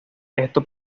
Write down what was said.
esto